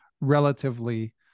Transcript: relatively